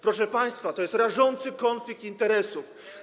Proszę państwa, to jest rażący konflikt interesów.